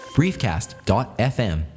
briefcast.fm